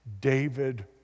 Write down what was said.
David